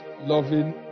loving